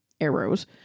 arrows